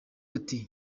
ati